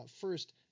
first